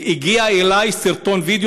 הגיע אלי סרטון וידיאו,